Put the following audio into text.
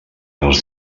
els